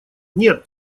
нет